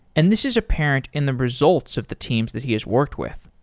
and this is apparent in the results of the teams that he has worked with.